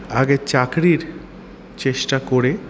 আগে চাকরির চেষ্টা করে